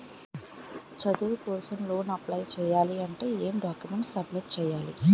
చదువు కోసం loan apply చేయాలి అంటే ఎం డాక్యుమెంట్స్ సబ్మిట్ చేయాలి?